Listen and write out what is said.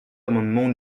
amendement